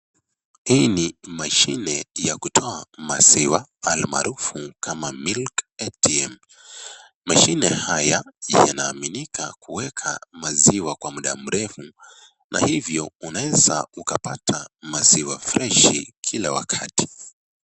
Hii ni mashine ya kutoa maziwa almaarufu kama (cs)MILK ATM(cs),mashine haya yanaaminika kuweka maziwa kwa muda mrefu na hivyo unaweza kupata maziwa freshi kila wakati.